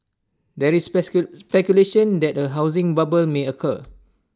there is speculation that A housing bubble may occur